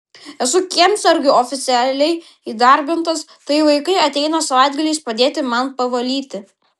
esu kiemsargiu oficialiai įdarbintas tai vaikai ateina savaitgaliais padėti man pavalyti